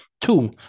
Two